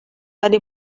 ولی